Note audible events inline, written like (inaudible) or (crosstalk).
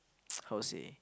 (noise) how say